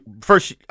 first